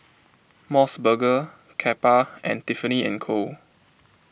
Mos Burger Kappa and Tiffany and Co